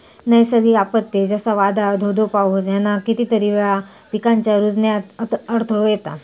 नैसर्गिक आपत्ते, जसा वादाळ, धो धो पाऊस ह्याना कितीतरी वेळा पिकांच्या रूजण्यात अडथळो येता